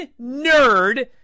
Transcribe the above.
nerd